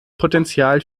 potential